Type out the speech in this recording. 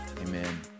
Amen